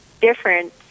different